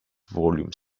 volume